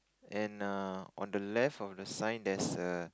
and err on the left of the sign there's a